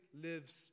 lives